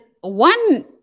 one